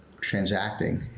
transacting